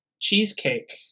cheesecake